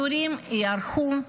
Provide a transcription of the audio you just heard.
התורים יתארכו,